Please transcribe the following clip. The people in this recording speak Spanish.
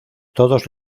todos